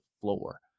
floor